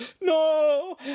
no